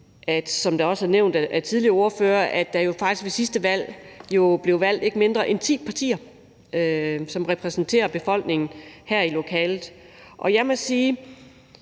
som det også er nævnt af tidligere ordførere, at der faktisk ved sidste valg blev valgt ikke mindre end ti partier, som repræsenterer befolkningen her i lokalet, og jeg må sige,